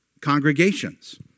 congregations